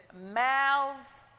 Mouths